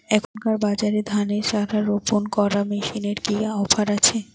এখনকার বাজারে ধানের চারা রোপন করা মেশিনের কি অফার আছে?